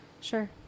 Sure